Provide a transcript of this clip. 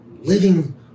living